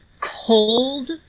cold